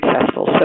successful